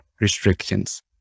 restrictions